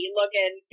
looking